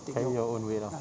carry your own weight lah